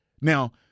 Now